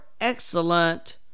excellent